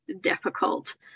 difficult